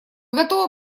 готовы